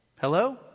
Hello